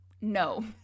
No